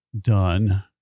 done